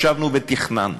ישבנו ותכננו